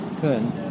Good